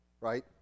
right